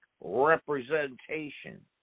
representation